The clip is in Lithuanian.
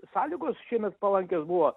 sąlygos šiemet palankios buvo